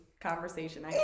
conversation